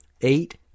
Eight